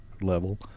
level